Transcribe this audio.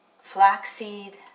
flaxseed